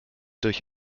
durch